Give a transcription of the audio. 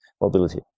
mobility